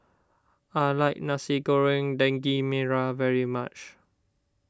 I like Nasi Goreng Daging Merah very much